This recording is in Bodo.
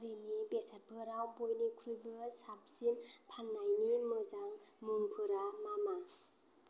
गारिनि बेसादफोराव बयनिख्रुइबो साबसिन फान्नायनि मोजां मुंफोरा मा मा